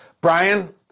Brian